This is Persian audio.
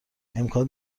امکان